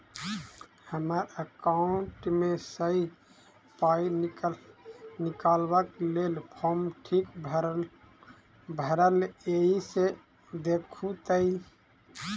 हम्मर एकाउंट मे सऽ पाई निकालबाक लेल फार्म ठीक भरल येई सँ देखू तऽ?